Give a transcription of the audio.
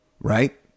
right